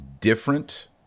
different